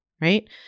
right